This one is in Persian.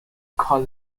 کال